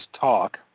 talk